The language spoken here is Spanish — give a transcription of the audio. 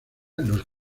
los